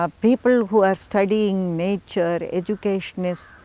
ah people who are studying nature, educationists,